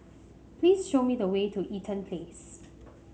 please show me the way to Eaton Place